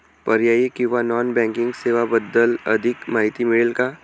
पर्यायी किंवा non banking सेवांबद्दल अधिक माहिती मिळेल का?